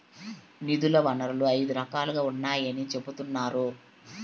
నిధుల వనరులు ఐదు రకాలుగా ఉన్నాయని చెబుతున్నారు